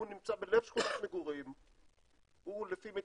הוא נמצא בלב שכונת מגורים.